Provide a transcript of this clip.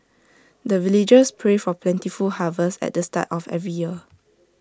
the villagers pray for plentiful harvest at the start of every year